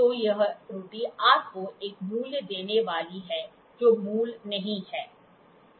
तो यह त्रुटि आपको एक मूल्य देने वाली है जो मूल नहीं है